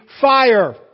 fire